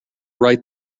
write